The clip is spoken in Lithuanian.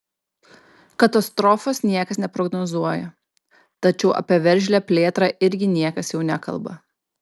katastrofos niekas neprognozuoja tačiau apie veržlią plėtrą irgi niekas jau nekalba